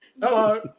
Hello